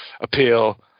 appeal